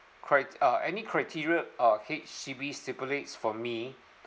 uh any criteria uh H_D_B stipulates for me